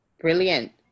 Brilliant